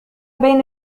بين